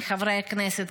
מחברי הכנסת,